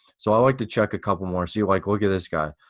so i like to check a couple more. see like look at this guy,